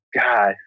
God